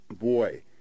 boy